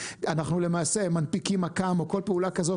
אנחנו למעשה מנפיקים מק"מ או כל פעולה כזאת.